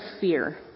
fear